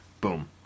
Boom